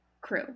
crew